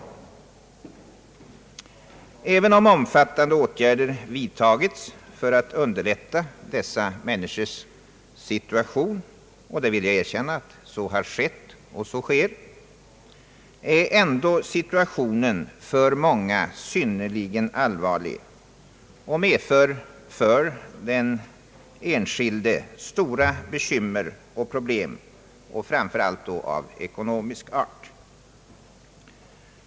Även om omfattande åtgärder vidtagits för att underlätta dessa människors situation — och jag vill erkänna att så har skett och sker är ändå situationen för många synnerligen allvarlig och medför stora bekymmer och problem för den enskilde, framför allt av ekonomisk art.